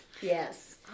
Yes